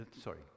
sorry